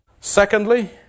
Secondly